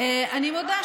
אני מודה,